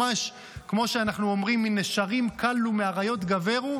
ממש כמו שאנחנו אומרים: "מנשרים קלו מאריות גברו",